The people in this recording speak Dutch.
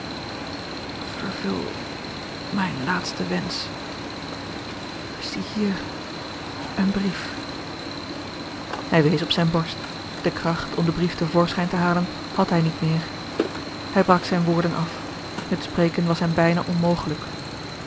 vervul mijn laatsten wensch ziehier een brief hij wees op zijne borst de kracht om den brief te voorschijn te halen had hij niet meer hij brak zijne woorden af het spreken was hem bijna onmogelijk